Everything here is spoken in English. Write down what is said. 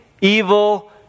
evil